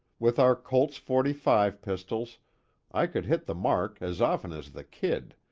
with our colt's forty five pistols i could hit the mark as often as the kid,